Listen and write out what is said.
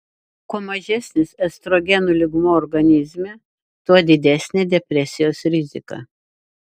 kuo mažesnis estrogenų lygmuo organizme tuo didesnė depresijos rizika